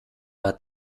hat